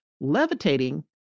levitating